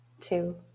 two